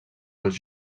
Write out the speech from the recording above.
els